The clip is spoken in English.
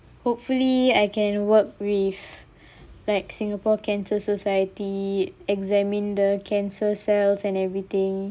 hopefully I can work with like singapore cancer society examine the cancer cells and everything